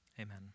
Amen